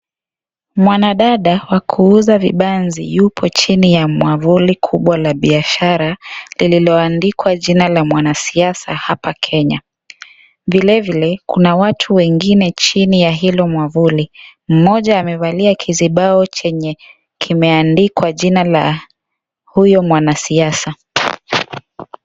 Mwanadada wa kuuza vibanzi yuko chini ya mwavuli kubwa la biashara lililoandikwa jina la mwanasiasa hapa Kenya. Vilevile kuna watu wengine chini ya hilo mwavuli, mmoja amevalia kizimbao chenye kimeandikwa jina la huyo mwanasiasa.